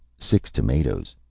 six tomatoes.